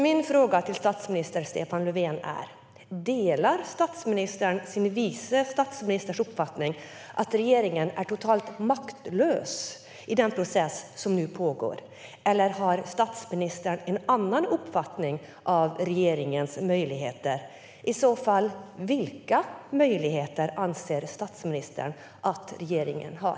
Min fråga till statsminister Stefan Löfven är: Delar statsministern sin vice statsministers uppfattning att regeringen är totalt maktlös i den process som nu pågår? Eller har statsministern en annan uppfattning om regeringens möjligheter? Och i så fall: Vilka möjligheter anser statsministern att regeringen har?